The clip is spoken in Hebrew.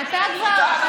תודה על ההגדרה החדשה.